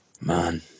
Man